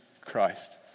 Christ